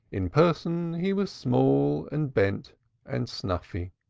in person he was small and bent and snuffy.